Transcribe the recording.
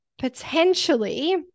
potentially